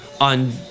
on